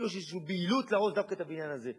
כאילו יש איזו בהילות להרוס דווקא את הבניין הזה.